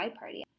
party